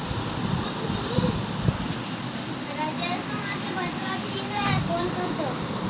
पोषक तत्व प्रबंधन आवश्यक मिनिरल खनिज के मिट्टी में कमी नै होवई दे हई